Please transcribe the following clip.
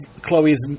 Chloe's